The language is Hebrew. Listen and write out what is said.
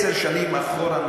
עשר שנים עד היום,